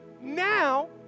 Now